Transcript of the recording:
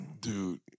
dude